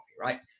right